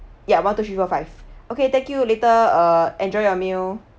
ya one two three four five okay thank you later err enjoy your meal